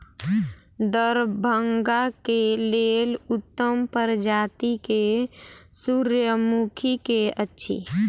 दरभंगा केँ लेल उत्तम प्रजाति केँ सूर्यमुखी केँ अछि?